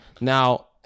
Now